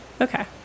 Okay